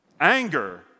Anger